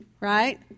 right